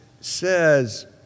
says